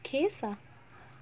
case ah